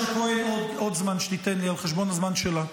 הכהן שתיתן לי עוד זמן על חשבון הזמן שלה.